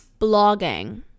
blogging